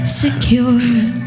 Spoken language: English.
secure